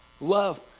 Love